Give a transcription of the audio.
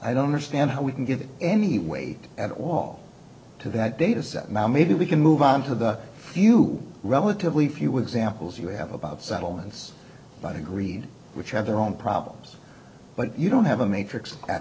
i don't understand how we can give any weight at all to that dataset mao maybe we can move on to the few relatively few examples you have about settlements by the greed which have their own problems but you don't have a matrix at